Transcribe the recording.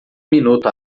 minuto